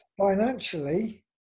financially